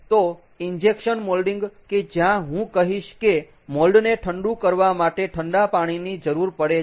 તો injection moulding કે જ્યાં હું કહીશ કે મોલ્ડ ને ઠંડુ કરવા માટે ઠંડા પાણીની જરૂર પડે છે